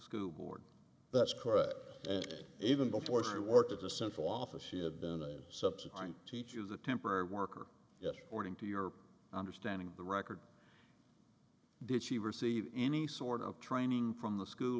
school board that's correct even before she worked at the central office she had been a subsequent teach you the temporary worker if orning to your understanding of the record did she receive any sort of training from the school